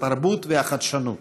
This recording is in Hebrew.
התרבות והחדשנות.